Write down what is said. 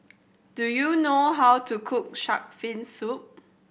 do you know how to cook Shark's Fin Soup